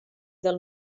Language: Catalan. del